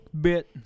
bit